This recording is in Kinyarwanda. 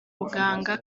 buganga